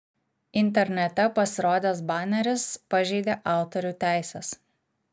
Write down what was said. internete pasirodęs baneris pažeidė autorių teises